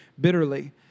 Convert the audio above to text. bitterly